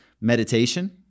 meditation